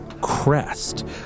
crest